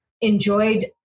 enjoyed